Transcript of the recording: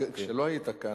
כשלא היית כאן,